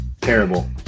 Terrible